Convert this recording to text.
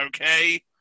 okay